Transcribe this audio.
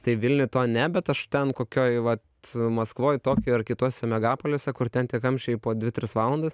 tai vilniuj to ne bet aš ten kokioj vat maskvoj tokijuj ar kituose megapoliuose kur ten tie kamščiai po dvi tris valandas